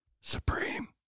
supreme